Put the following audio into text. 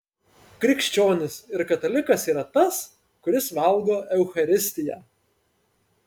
krikščionis ir katalikas yra tas kuris valgo eucharistiją